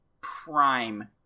prime